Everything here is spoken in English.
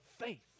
faith